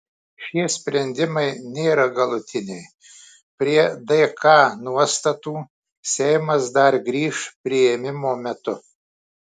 šie sprendimai nėra galutiniai prie dk nuostatų seimas dar grįš priėmimo metu